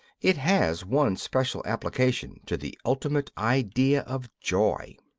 it has one special application to the ultimate idea of joy.